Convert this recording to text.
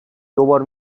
دوبار